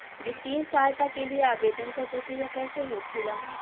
वित्तीय सहायता के लिए आवेदन क प्रक्रिया कैसे होखेला?